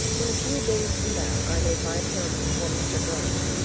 when a few days from that i made my appearance before mr. gryce,